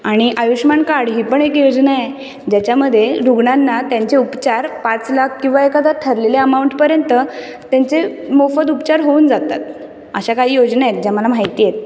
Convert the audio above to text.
आणि आयुष्मान कार्ड ही पण एक योजना आहे ज्याच्यामध्ये रुग्णांना त्यांचे उपचार पाच लाख किंवा एखाद्या ठरलेल्या अमाऊंटपर्यंत त्यांचे मोफत उपचार होऊन जातात अशा काही योजना आहेत ज्या मला माहिती आहेत